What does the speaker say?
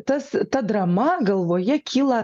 tas ta drama galvoje kyla